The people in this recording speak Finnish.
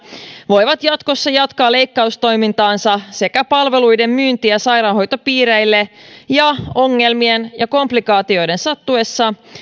voivat jatkossa jatkaa leikkaustoimintaansa sekä palveluiden myyntiä sairaanhoitopiireille ja ongelmien ja komplikaatioiden sattuessa